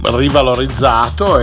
rivalorizzato